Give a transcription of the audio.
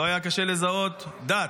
לא היה קשה לזהות דת,